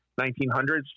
1900s